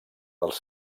dels